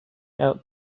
out